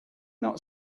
not